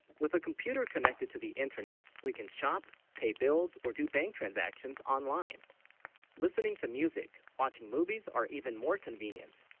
with a computer connected to the internet, we can shop pay bills or do bank transactions online listening to music watching movies are even more convenient